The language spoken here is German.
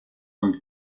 und